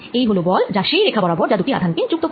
এই হল বল যা সেই রেখা বরাবর যা দুটি আধান কে যুক্ত করে